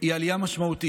זו עלייה משמעותית.